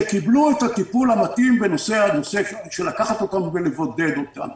שקיבלו את הטיפול המתאים, לקחת אותם ולבודד אותם.